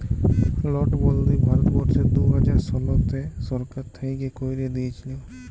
লটবল্দি ভারতবর্ষে দু হাজার শলতে সরকার থ্যাইকে ক্যাইরে দিঁইয়েছিল